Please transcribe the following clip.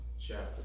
chapter